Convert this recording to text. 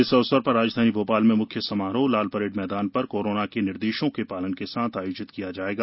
इस अवसर पर राजधानी भोपाल में मुख्य समारोह लालपरेड मैदान पर कोरोना के निर्देशों के पालन के साथ आयोजित किया जायेगा